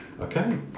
okay